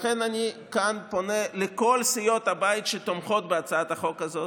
לכן אני כאן פונה לכל סיעות הבית שתומכות בהצעת החוק הזאת: